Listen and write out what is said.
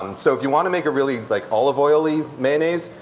um so if you want to make a really like olive oily mayonnaise,